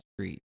street